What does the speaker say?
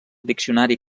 diccionari